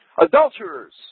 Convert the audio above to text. Adulterers